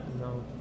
No